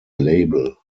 label